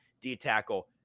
D-tackle